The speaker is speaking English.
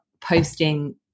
posting